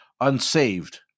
unsaved